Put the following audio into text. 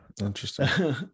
Interesting